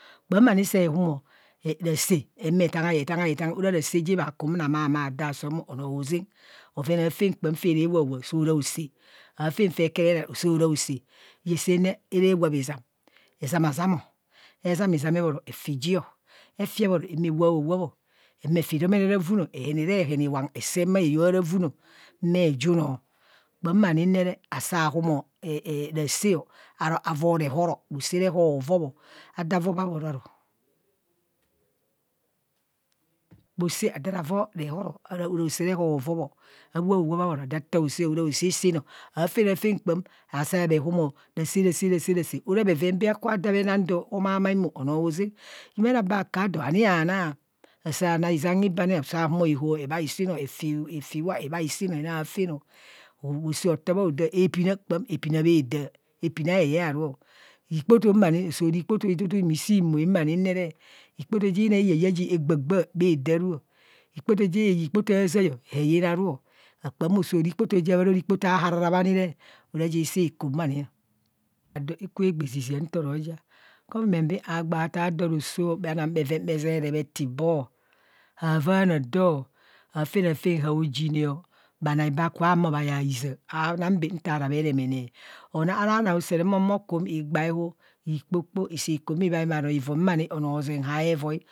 Kpạm ani se humo rasạạ mee tanghai etangnai etanghai, ora rasaa je maa rakum ra mai mai ado asum onọọ hoza. bhoven ta re wap a wap kpạm soo ra bhosạạ, afan fe kere na soo ra bho saa iyesenne arra wap izam, ezam azam, ezam ebhoto eti ji, eti eboro ewap owap ọ eti domene ravun ehen iwang eseng khayo aravun o, kpam ma ni re saa humo ra sạạ a voo rehoro bhosạạ reho vobo adaa vob adhoro aru. Bhosạạ adaa ra vor rehora aro ora khosạạ reho ovob, awop a wop abhoro ataa bhosaa aro ora bhosaa isin o, afan afan kpam saa bhehuma rasạạ rasạạ rasạạ ora bheven baa akubho da ma do okubho omai mai do onoo hoveng. Ujumene abakado ani habha naa, saa na 12am ibhe, saa bhahumo bhe hops e bhai isin, efi iwa ebai isin ana aafeni bhosaa otaa bho haoda epina kpam epina bhada, epina heye aru, ikpoto ma ni so ra ikpo idudu mi sii moe o ma ni re, ikpoto ji nai araa yayaa egbaa, egbaa bha daruo, ikpoto je yạạ ikpoto aazia heyina ruo. Kpam so ra ikpoto ja bha ro ora ikpoto ahara mi si kum mu ni. ado eku gba zizia nto ro ja government baam haa gtam tam do roso, bha nang bheven bhezeree etibo, ha vaana do, afen afen hao jineo bhanai bhaa ku bho bhahuma ma yaa hizaa habha nang nta ra bharemene, onang ara khanoo usere bhakum igba ehu, ikpokpa isi kum imai bhamoo ma ni onoo hozeng havoi.